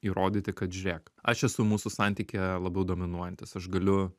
įrodyti kad žiūrėk aš esu mūsų santykyje labiau dominuojantis aš galiu